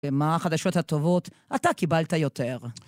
ומה החדשות הטובות אתה קיבלת יותר